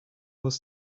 was